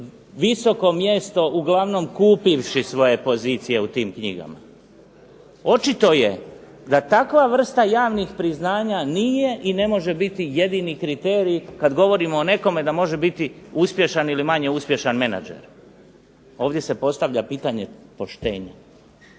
visoko mjesto uglavnom kupivši svoje pozicije u tim knjigama. Očito je da takva vrsta javnih priznanja nije i ne može biti jedini kriterij kad govorimo o nekome da može biti uspješan ili manje uspješan menadžer. Ovdje se postavlja pitanje poštenja,